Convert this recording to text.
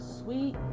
sweet